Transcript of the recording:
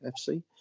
FC